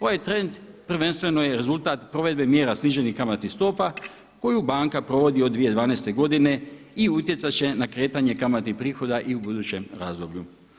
Ovaj trend prvenstveno je rezultat provedbe mjera sniženih kamatnih stopa koju banka provodi od 2012. godine i utjecat će na kretanje kamatnih prihoda i u budućem razdoblju.